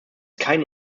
keinen